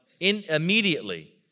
immediately